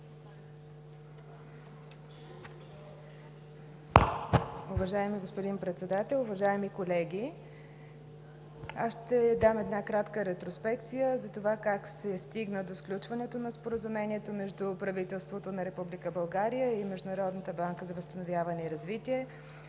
Уважаеми господин Председател, уважаеми колеги! Аз ще дам една кратка ретроспекция за това как се стигна до сключването на Споразумението между правителството на Република България и Международната банка за възстановяване и развитие